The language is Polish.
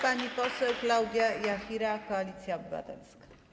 Pani poseł Klaudia Jachira, Koalicja Obywatelska.